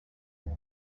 byo